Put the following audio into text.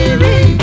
weary